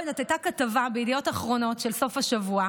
הייתה כתבה בידיעות אחרונות בסוף השבוע,